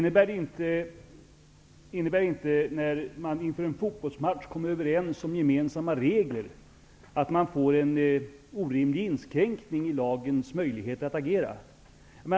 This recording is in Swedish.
Herr talman! Innebär inte det faktum att man inför en fotbollsmatch kommer överens om gemensamma regler en orimlig inskränkning i lagens möjligheter att agera?